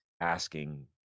asking